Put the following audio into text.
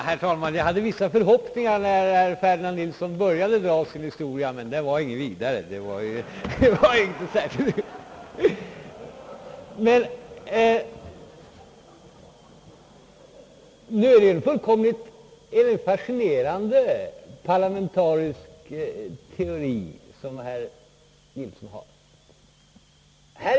Herr talman! Jag hade vissa förhoppningar när herr Ferdinand Nilsson började dra sin historia. Men den var inget vidare. Det är en fullkomligt fascinerande parlamentarisk teori som herr Nilsson har.